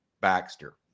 Baxter